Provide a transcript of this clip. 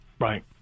right